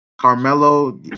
Carmelo